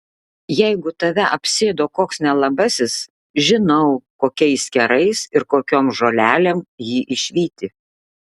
jeigu tave apsėdo koks nelabasis žinau kokiais kerais ir kokiom žolelėm jį išvyti